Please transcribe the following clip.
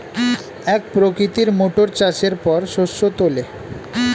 এক প্রকৃতির মোটর চাষের পর শস্য তোলে